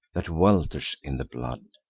that welters in the blood,